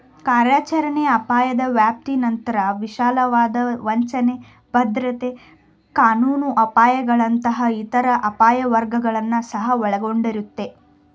ಕಾರ್ಯಾಚರಣೆ ಅಪಾಯದ ವ್ಯಾಪ್ತಿನಂತ್ರ ವಿಶಾಲವಾದ ವಂಚನೆ, ಭದ್ರತೆ ಕಾನೂನು ಅಪಾಯಗಳಂತಹ ಇತರ ಅಪಾಯ ವರ್ಗಗಳನ್ನ ಸಹ ಒಳಗೊಂಡಿರುತ್ತೆ